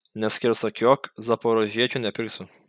neskersakiuok zaporožiečio nepirksiu